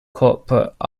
corporate